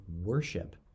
worship